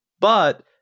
but-